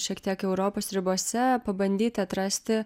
šiek tiek europos ribose pabandyti atrasti